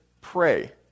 Pray